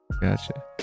Gotcha